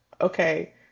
Okay